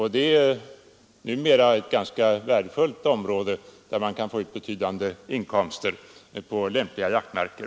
Jaktområdena är nu ganska värdefulla, eftersom man kan få ut betydande arrendeinkomster på lämpliga jaktmarker.